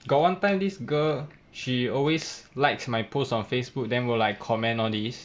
got one time this girl she always likes my post on Facebook then will like comment all these